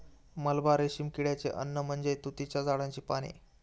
मलबा रेशीम किड्याचे अन्न म्हणजे तुतीच्या झाडाची पाने